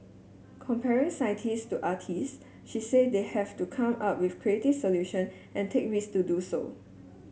comparing scientist to artist she said they have to come up with creative solution and take risk to do so